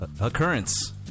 occurrence